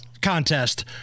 contest